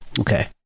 Okay